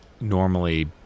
normally